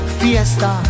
fiesta